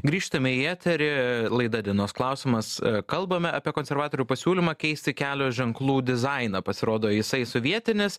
grįžtame į eterį laida dienos klausimas kalbame apie konservatorių pasiūlymą keisti kelio ženklų dizainą pasirodo jisai sovietinis